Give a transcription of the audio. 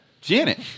Janet